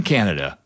Canada